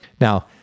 Now